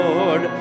Lord